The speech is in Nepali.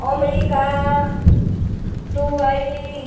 America Dubai